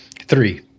Three